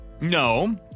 no